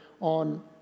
on